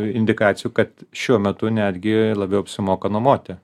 indikacijų kad šiuo metu netgi labiau apsimoka nuomoti